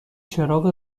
چراغ